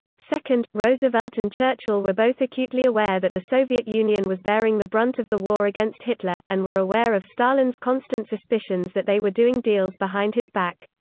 second, roosevelt and churchill were both acutely aware that the soviet union was bearing the brunt of the war against hitler, and were aware of stalin's constant suspicions that they were doing deals behind his back.